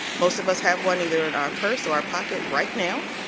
most of us have one either in our purse or pocket right now.